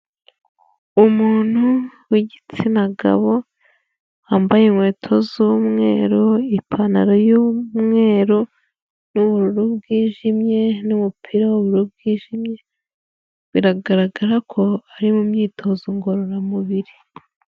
Umuntu w'igitsina gabo, wambaye inkweto z'umweru, ipantaro y'umweru n'ubururu bwijimye n'umupira w'ubururu bwijimye, biragaragara ko ari mu myitozo ngororamubiri.